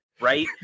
right